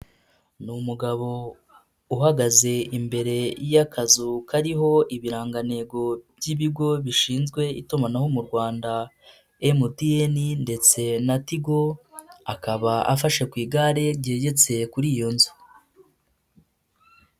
Ni umugabo uhagaze imbere y'akazu kariho ibirangantego by'ibigo bishinzwe itumanaho mu Rwanda MTN ndetse na Tigo, akaba afashe ku igare ryegetse kuri iyo nzu.